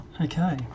Okay